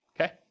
Okay